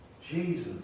Jesus